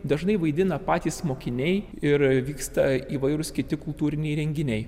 dažnai vaidina patys mokiniai ir vyksta įvairūs kiti kultūriniai renginiai